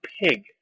pig